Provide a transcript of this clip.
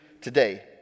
today